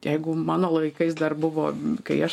jeigu mano laikais dar buvo kai aš